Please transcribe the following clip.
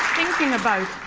thinking about.